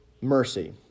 Mercy